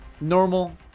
Normal